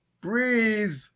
Breathe